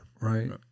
Right